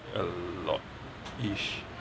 a lot ish